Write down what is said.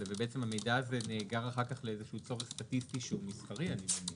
והמידע הזה נאגר אחר כך לצורך סטטיסטי שהוא מסחרי אני מניח.